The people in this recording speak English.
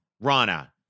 Rana